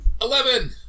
Eleven